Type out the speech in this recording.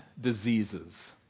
diseases